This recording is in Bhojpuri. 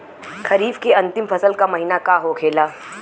खरीफ के अंतिम फसल का महीना का होखेला?